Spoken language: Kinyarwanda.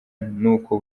n’uko